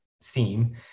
seem